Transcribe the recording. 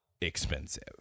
expensive